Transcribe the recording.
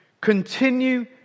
continue